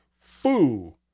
foo